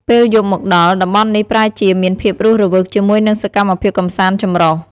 ពេលយប់មកដល់ តំបន់នេះប្រែជាមានភាពរស់រវើកជាមួយនឹងសកម្មភាពកម្សាន្តចម្រុះ។